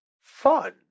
fun